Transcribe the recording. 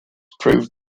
proof